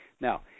Now